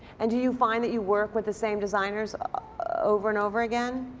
and do you find that you work with the same designers over and over again?